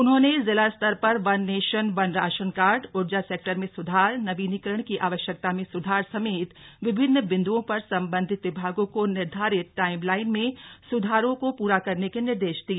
उन्होंने जिला स्तर पर one nation one ration card ऊर्जा सेक्टर में सुधार नवीनीकरण की आवश्यकता में सुधार समेत विभिन्न बिन्दुओं पर सम्बन्धित विभागों को निर्धारित टाइमलाइन में सुधारों प्रा करने के निर्देश दिए